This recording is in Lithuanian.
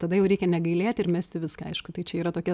tada jau reikia negailėti ir mesti viską aišku tai čia yra tokia